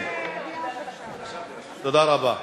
תודה רבה.